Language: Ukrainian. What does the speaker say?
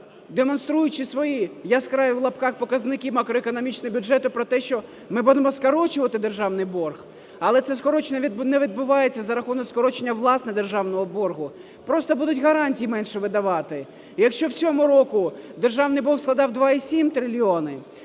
демонструючи свої "яскраві" (в лапках) показники макроекономічного бюджету про те, що ми будемо скорочувати державний борг, але це скорочення не відбувається за рахунок скорочення власне державного боргу, просто будуть гарантії менше видавати. І якщо в цьому році державний борг складав 2,7 трильйони,